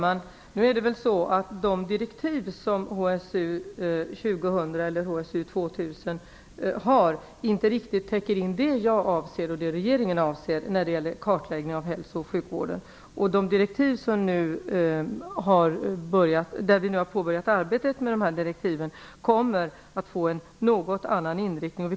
Fru talman! De direktiv som HSU 2000 har täcker inte riktigt in det jag och regeringen avser när det gäller kartläggningen av hälso och sjukvården. Vi har nu påbörjat arbetet med direktiven som kommer att få en något annorlunda inriktning.